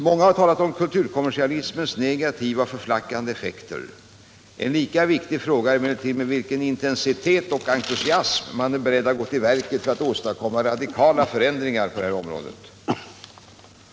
Många har talat om kulturkommersialismens negativa och förflackande effekter. En lika viktig fråga är emellertid med vilken intensitet och entusiasm man är beredd att gå till verket för att åstadkomma radikala förändringar på detta område.